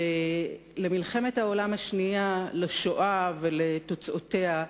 למלחמת העולם השנייה, לשואה ולתוצאותיה,